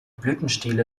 blütenstiele